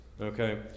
Okay